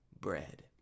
bread